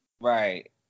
Right